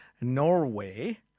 Norway